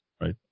right